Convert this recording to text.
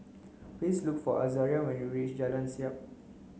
please look for Azaria when you reach Jalan Siap